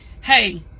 Hey